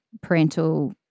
parental